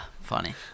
Funny